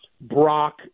Brock